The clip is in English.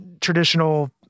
traditional